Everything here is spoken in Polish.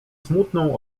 smutną